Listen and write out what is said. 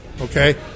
okay